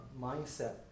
mindset